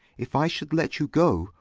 if i should let you go,